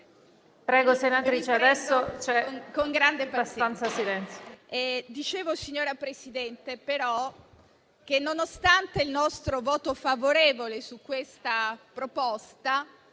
Prego, senatrice. Adesso c'è abbastanza silenzio.